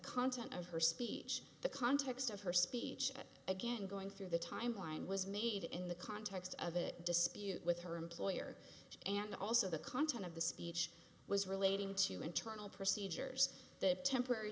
content of her speech the context of her speech again going through the timeline was made in the context of it dispute with her employer and also the content of the speech was relating to internal procedures that temporary